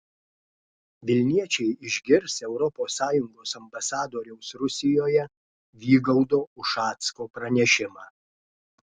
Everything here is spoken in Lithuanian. vilniečiai išgirs europos sąjungos ambasadoriaus rusijoje vygaudo ušacko pranešimą